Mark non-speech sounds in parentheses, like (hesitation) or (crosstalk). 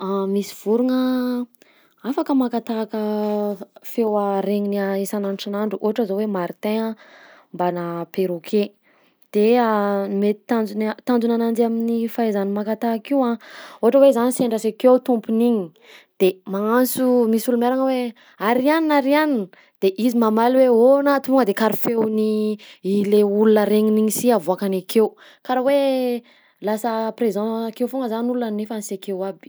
(hesitation) Misy vorogna afaka maka tahaka v- feo (hesitation) regniny (hesitation) isan'andro isan'andro, ohatra zao hoe martain a mbanà perroquet, de (hesitation) mety tanjony a- tanjona ananjy amin'ny fahaizany maka tahaka io a ohatra hoe zany sendra sy akeo tompony igny, de magnanso misy olo miaragna hoe: "ary anina ary anina", de izy mamaly hoe: "Ôna" tonga de karaha feon'ny le olona regniny igny si avoakany akeo, karaha hoe lasa présent akeo foagna zany olona nefa sy akeo aby.